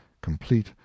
complete